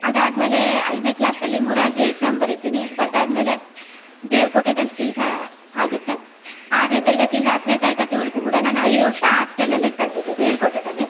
ಅದಾದಮೇಲೆ ಐದನೆ ಕ್ಲಾಸಲ್ಲಿ ಮೊರಾರ್ಜಿ ಎಕ್ಸಾಮ್ ಬರಿತೀನಿ ಬರೆದಾದ್ಮೇಲೆ ದೇವ್ರಕೋಟದಲ್ಲಿ ಸೀಟ್ ಆಗುತ್ತೆ ಆರನೆ ತರಗತಿಯಿಂದ ಹತ್ತನೆ ತರಗತಿವರೆಗು ಕೂಡ ನಾನು ಐದು ವರ್ಷ ಆಸ್ಟೆಲಲ್ಲೆ ಕಳೆದಿದ್ದು ದೇವ್ರಕೋಟದಲ್ಲಿ